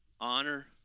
Honor